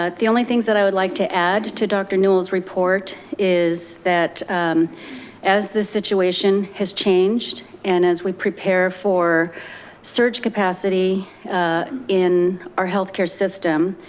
ah the only things that i would like to add to dr. newell's report is that as the situation has changed and as we prepare for surge capacity in our healthcare system,